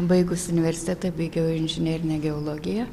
baigus universitetą baigiau inžinerinę geologiją